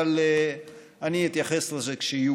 אבל אני אתייחס לזה כשיהיו